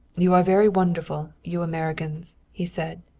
you are very wonderful, you americans, he said.